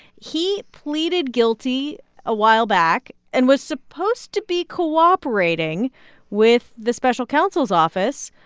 he pleaded guilty a while back and was supposed to be cooperating with the special counsel's office.